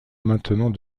maintenant